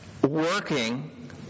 working